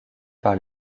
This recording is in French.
par